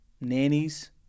nannies